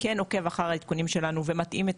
כן עוקב אחר העדכונים שלנו ומתאים את